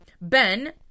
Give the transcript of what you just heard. Ben